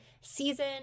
season